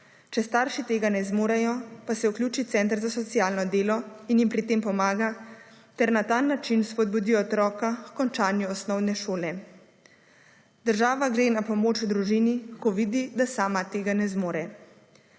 Če starši tega ne zmorejo pa se vključi center za socialno delo in jim pri tem pomaga ter na ta način spodbudi otroka h končanju osnovne šole. Država gre na pomoč družini ko vidi, da sama tega ne zmore.